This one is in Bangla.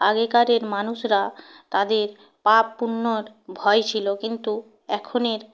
আগেকারের মানুষরা তাদের পাপ পুণ্যর ভয় ছিল কিন্তু এখনের